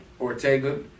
Ortega